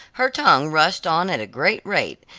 her tongue rushed on at a great rate,